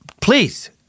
please